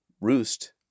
roost